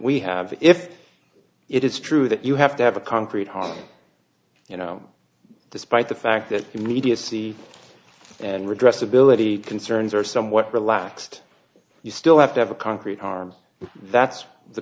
we have if it is true that you have to have a concrete home you know despite the fact that immediacy and redressed ability concerns are somewhat relaxed you still have to have a concrete harm that's the